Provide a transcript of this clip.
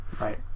Right